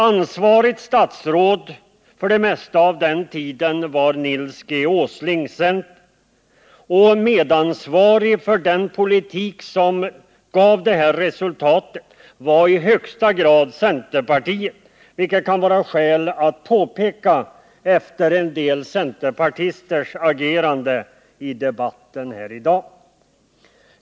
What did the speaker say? Ansvarigt statsråd under den största delen av denna tid var Nils G. Åsling, centern. Medansvarig för den politik som gav detta resultat var i högsta grad centerpartiet, vilket det kan finnas skäl att påpeka efter vissa centerpartisters agerande i dagens debatt.